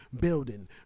building